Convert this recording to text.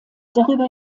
darüber